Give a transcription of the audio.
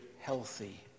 healthy